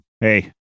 Hey